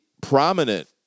prominent